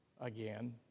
again